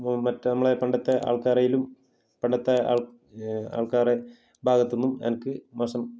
മറ്റേ നമ്മളുടെ പണ്ടത്തെ ആൾക്കാരായാലും പണ്ടത്തെ ആൾ ആൾക്കാരുടെ ഭാഗത്ത് നിന്നും എനിക്ക് മോശം